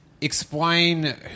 explain